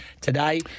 today